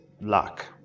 luck